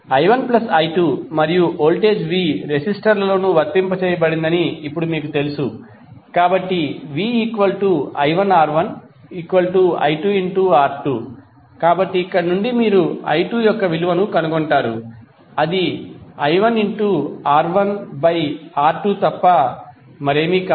i1 plus i2 మరియు voltage v రెసిస్టర్లలోనూ వర్తింపజేయబడిందని ఇప్పుడు మీకు తెలుసు కాబట్టి vi1R1i2R2 కాబట్టి ఇక్కడ నుండి మీరు i2 యొక్క విలువను కనుగొంటారు అది i1R1R2 తప్ప మరేమీ కాదు